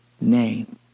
name